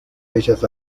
bellas